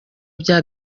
bya